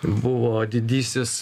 buvo didysis